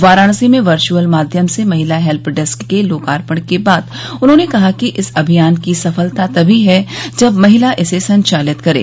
वाराणसी में वर्ष्अल माध्यम से महिला हेल्प डेस्क के लोकार्पण के बाद उन्होंने कहा कि इस अभियान की सफलता तभी है जब महिला इसे संचालित करें